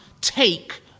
take